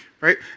right